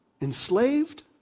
Enslaved